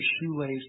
shoelace